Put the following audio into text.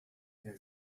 der